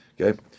Okay